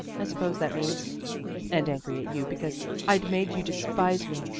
i suppose that means and angry at you because i'd made you despise me,